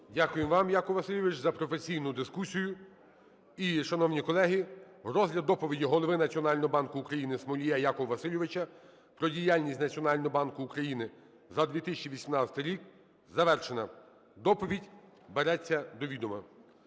Дякую вам, Якове Васильовичу, за професійну дискусію. І, шановні колеги, розгляд доповіді Голови Національного банку України Смолія Якова Васильовича про діяльність Національного банку України за 2018 рік завершена. Доповідь береться до відома.